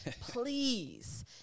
Please